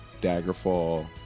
Daggerfall